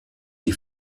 die